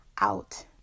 out